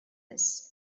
this